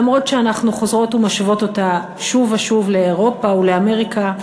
למרות שאנחנו חוזרות ומשוות אותה שוב ושוב לאירופה ולאמריקה,